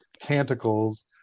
canticles